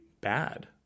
bad